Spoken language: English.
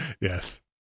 Yes